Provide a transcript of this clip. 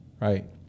right